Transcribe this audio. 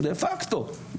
דה פקטו.